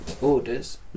orders